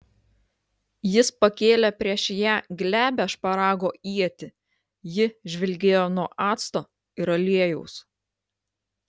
jis pakėlė prieš ją glebią šparago ietį ji žvilgėjo nuo acto ir aliejaus